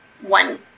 one